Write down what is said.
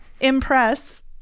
Impress